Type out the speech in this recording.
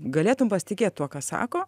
galėtum pasitikėt tuo ką sako